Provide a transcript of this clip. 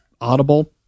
Audible